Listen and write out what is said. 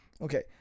Okay